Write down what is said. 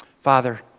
Father